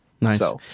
Nice